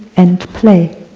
and play.